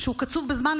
שהוא קצוב בזמן,